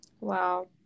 Wow